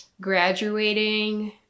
graduating